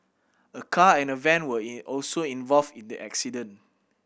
a car and a van were in also involved in the accident